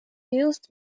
used